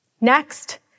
Next